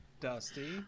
Dusty